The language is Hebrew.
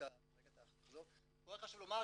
רישום תלמידים.